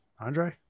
Andre